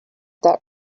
that